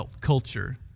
culture